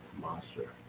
monster